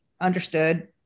understood